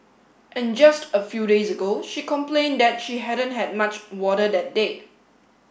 and just a few days ago she complained that she hadn't had much water that day